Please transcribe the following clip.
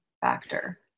factor